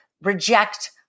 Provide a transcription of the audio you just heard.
reject